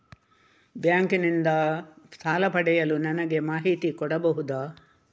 Bank ನಿಂದ ಸಾಲ ಪಡೆಯಲು ನನಗೆ ಮಾಹಿತಿ ಕೊಡಬಹುದ?